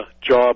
job